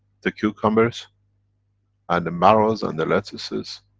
the cucumbers and the marrows and the lettuces.